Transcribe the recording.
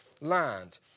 land